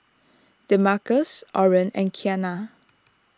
Demarcus Orren and Kiana